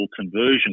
conversion